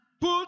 put